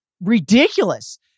ridiculous